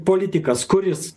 politikas kuris